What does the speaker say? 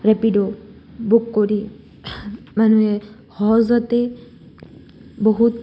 rapid' book কৰি মানুহে সহজতে বহুত